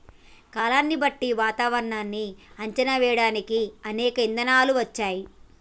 కాలాన్ని బట్టి వాతావరనాన్ని అంచనా వేయడానికి అనేక ఇధానాలు వచ్చాయి